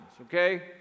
okay